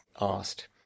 asked